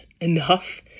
enough